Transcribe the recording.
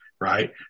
right